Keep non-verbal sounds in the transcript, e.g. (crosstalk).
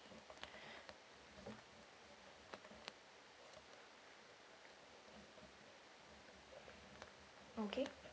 (breath) okay